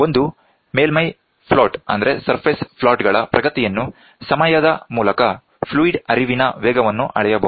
ಒಂದು ಮೇಲ್ಮೈ ಫ್ಲೋಟ್ ಗಳ ಪ್ರಗತಿಯನ್ನು ಸಮಯದ ಮೂಲಕ ಫ್ಲೂಯಿಡ್ ಹರಿವಿನ ವೇಗವನ್ನು ಅಳೆಯಬಹುದು